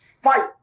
fight